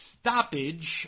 stoppage